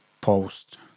post